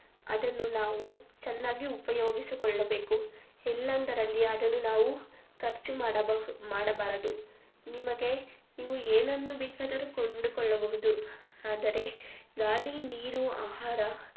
ಅದನ್ನು ನಾವು ಚೆನ್ನಾಗಿ ಉಪಯೋಗಿಸಿಕೊಳ್ಳಬೇಕು ಎಲ್ಲೆಂದರಲ್ಲಿ ಅದನ್ನು ನಾವು ಖರ್ಚು ಮಾಡಬಹು ಮಾಡಬಾರದು ನಿಮಗೆ ಇವು ಏನನ್ನು ಬೇಕಾದರು ಕೊಂಡುಕೊಳ್ಳಬಹುದು ಆದರೆ ಗಾಳಿ ನೀರು ಆಹಾರ